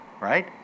right